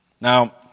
Now